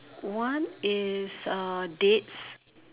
one is uh dates